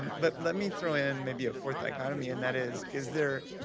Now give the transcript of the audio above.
but let me throw in maybe a fourth dichotomy, and that is, is there,